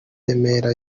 remera